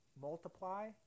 multiply